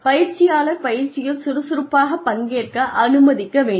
பயிற்சியாளர் பயிற்சியில் சுறுசுறுப்பாக பங்கேற்க அனுமதிக்க வேண்டும்